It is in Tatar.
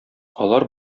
алар